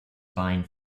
fine